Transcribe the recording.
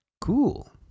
Cool